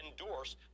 endorse